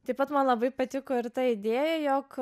taip pat man labai patiko ir ta idėja jog